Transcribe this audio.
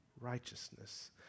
righteousness